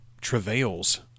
travails